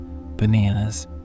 bananas